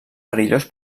perillós